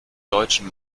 deutschen